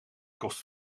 kost